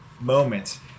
moments